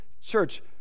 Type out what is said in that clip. church